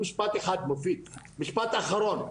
משפט אחרון,